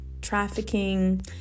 trafficking